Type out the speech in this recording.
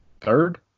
Third